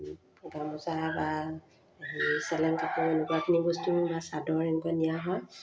গামোচা বা সেই চেলেং কাপোৰ এনেকুৱাখিনি বস্তু বা চাদৰ এনেকুৱা নিয়া হয়